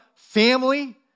family